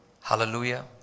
Hallelujah